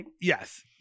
Yes